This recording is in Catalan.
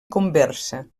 conversa